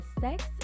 sex